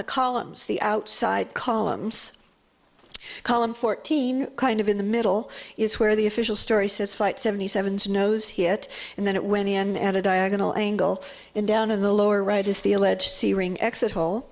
the columns the outside columns column fourteen kind of in the middle is where the official story says flight seventy seven snow's hit and then it went in and a diagonal angle and down in the lower right is the alleged ring exit hole